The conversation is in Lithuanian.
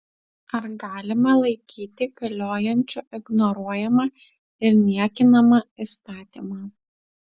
ar galima laikyti galiojančiu ignoruojamą ir niekinamą įstatymą